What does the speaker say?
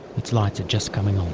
its lights are just coming